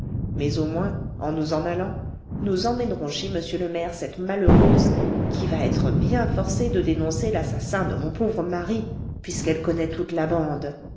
mais au moins en nous en allant nous emmènerons chez m le maire cette malheureuse qui va être bien forcée de dénoncer l'assassin de mon pauvre mari puisqu'elle connaît toute la bande